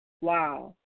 Wow